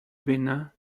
bénin